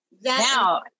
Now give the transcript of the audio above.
now